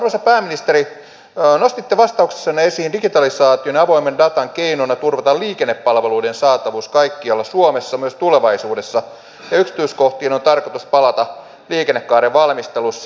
arvoisa pääministeri nostitte vastauksessanne esiin digitalisaation ja avoimen datan keinona turvata liikennepalveluiden saatavuus kaikkialla suomessa myös tulevaisuudessa ja yksityiskohtiin on tarkoitus palata liikennekaaren valmistelussa